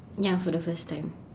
ya for the first time